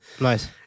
Nice